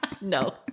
No